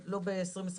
לא ב-2022.